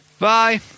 Bye